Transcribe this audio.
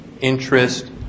interest